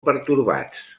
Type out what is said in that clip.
pertorbats